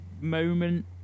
moment